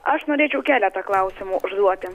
aš norėčiau keletą klausimų užduoti